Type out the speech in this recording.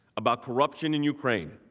about corruption in ukraine.